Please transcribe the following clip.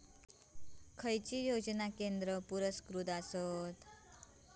खैचे योजना केंद्र पुरस्कृत आसत?